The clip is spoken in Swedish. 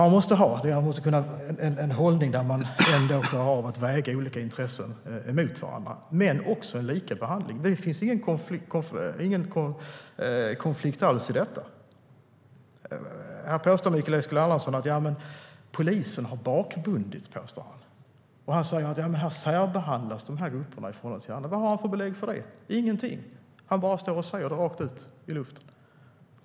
Man måste ha en hållning där man klarar av att väga olika intressen mot varandra men också har likabehandling. Det finns ingen konflikt alls i detta. Mikael Eskilandersson påstår att polisen har bakbundits och att grupper särbehandlas. Vad har han för belägg för det? Inga! Han bara står och säger det rakt ut i luften.